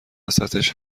وسطش